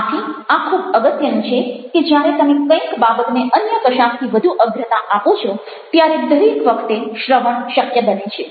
આથી આ ખૂબ અગત્યનું છે કે જ્યારે તમે કંઈક બાબતને અન્ય કશાકથી વધુ અગ્રતા આપો છો ત્યારે દરેક વખતે શ્રવણ શક્ય બને છે